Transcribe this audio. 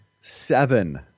seven